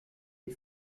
des